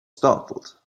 startled